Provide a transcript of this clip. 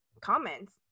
comments